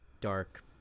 dark